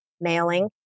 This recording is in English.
mailing